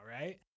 right